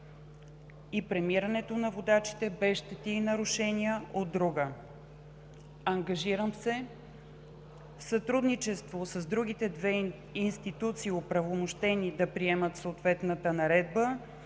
и премирането на водачите без щети и нарушения, от друга. Ангажирам се в сътрудничество с другите две институции, оправомощени да приемат съответната наредба,